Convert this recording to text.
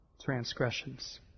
transgressions